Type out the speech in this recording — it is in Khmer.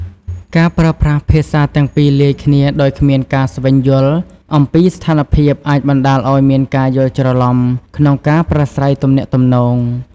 ការប្រើប្រាស់ភាសាទាំងពីរលាយគ្នាដោយគ្មានការស្វែងយល់អំពីស្ថានភាពអាចបណ្តាលឱ្យមានការយល់ច្រឡំក្នុងការប្រាស្រ័យទំនាក់ទំនង។